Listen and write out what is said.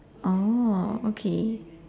oh okay